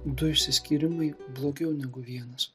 du išsiskyrimai blogiau negu vienas